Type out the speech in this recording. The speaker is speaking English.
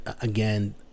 again